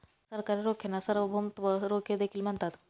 सरकारी रोख्यांना सार्वभौमत्व रोखे देखील म्हणतात